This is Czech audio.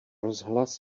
rozhlas